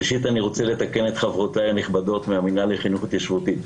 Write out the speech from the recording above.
ראשית אני רוצה לתקן את חברותיי הנכבדות מהמינהל לחינוך התיישבותי.